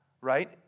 right